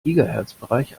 gigahertzbereich